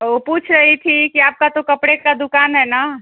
वो पूछ रही थी कि आपका तो कपड़े का दुकान है ना